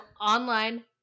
online